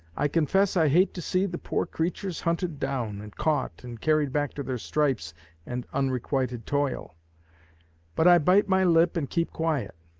i confess i hate to see the poor creatures hunted down, and caught, and carried back to their stripes and unrequited toil but i bite my lip and keep quiet.